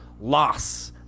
loss